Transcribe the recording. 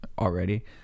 already